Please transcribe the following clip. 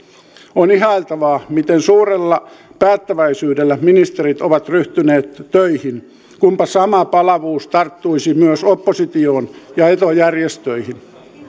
on ihailtavaa miten suurella päättäväisyydellä ministerit ovat ryhtyneet töihin kunpa sama palavuus tarttuisi myös oppositioon ja etujärjestöihin